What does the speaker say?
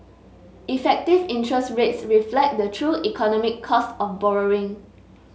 effective interest rates reflect the true economic cost of borrowing